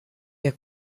der